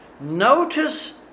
Notice